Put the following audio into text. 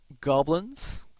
Goblins